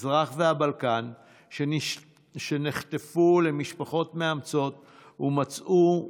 מזרח והבלקן שנחטפו למשפחות מאמצות ומצאו את